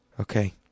Okay